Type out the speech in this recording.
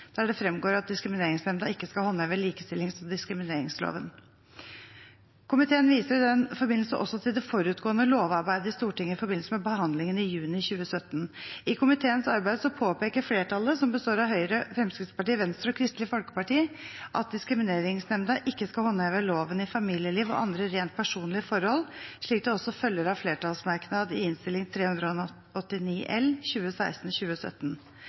der det fremgår at Diskrimineringsnemnda ikke skal håndheve likestillings- og diskrimineringsloven. Komiteen viser i den forbindelse også til det forutgående lovarbeidet i Stortinget i forbindelse med behandlingen i juni 2017. I komiteens arbeid påpeker flertallet, som består av Høyre, Fremskrittspartiet, Venstre og Kristelig Folkeparti, at Diskrimineringsnemnda ikke skal håndheve loven i familieliv og andre rent personlige forhold, slik det også følger av flertallsmerknader i Innst. 389 L